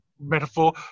metaphor